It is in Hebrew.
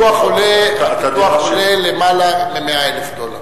פיתוח עולה יותר מ-100,000 דולר.